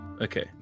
Okay